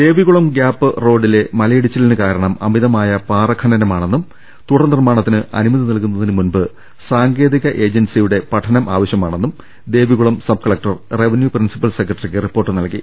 Devikulam gap റോഡിലെ മലയിടിച്ചിലിന് കാരണം അമിത മായ പാറ ഖനനമാണെന്നും തുടർ നിർമ്മാണത്തിന് അനുമതി നൽകു ന്നതിന് മുൻപ് സാങ്കേതിക ഏജൻസിയുടെ പഠനം ആവശ്യമാ ണെന്നും ദേവികുളം സബ്കളക്ടർ റവന്യൂ പ്രിൻസിപ്പൽ സെക്രട്ട റിക്ക് റിപ്പോർട്ട് നൽകി